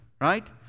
Right